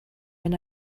wenn